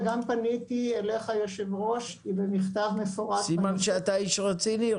וגם פניתי אליך היושב-ראש במכתב מפורט --- סימן שאתה איש רציני,